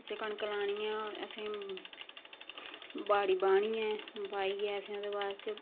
असें कनक लानी ऐ होर असें बाड़ी बाह्नी ऐ बाहियै असें ओह्दे बाद च